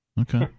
Okay